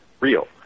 real